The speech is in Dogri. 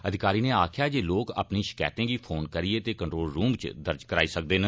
अधिकारी नै आक्खेया जे लोक अपनी शकैतें गी फोन करियै ते कंट्रोल रूम इच दर्ज कराई सकदे न